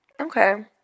okay